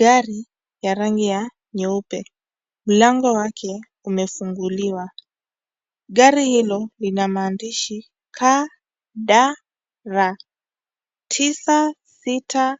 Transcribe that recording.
Gari ya rangi ya nyeupe. Mlango wake umefunguliwa. Gari hilo lina maandishi KDR 963Z.